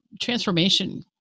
transformation